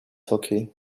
hockey